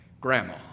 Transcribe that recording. Grandma